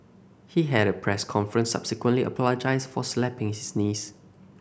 he had at a press conference subsequently apologised for slapping his niece